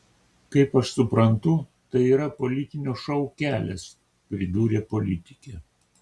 kaip aš suprantu tai yra politinio šou kelias pridūrė politikė